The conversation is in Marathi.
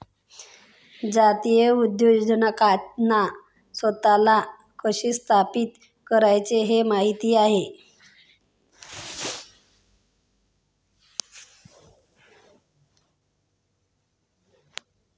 जातीय उद्योजकांना स्वतःला कसे स्थापित करायचे हे माहित आहे